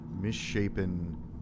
misshapen